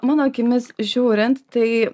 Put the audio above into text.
mano akimis žiūrint tai